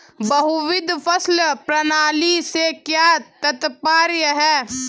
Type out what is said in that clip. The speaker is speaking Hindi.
बहुविध फसल प्रणाली से क्या तात्पर्य है?